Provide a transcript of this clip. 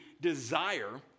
desire